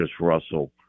Russell